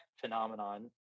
phenomenon